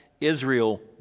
Israel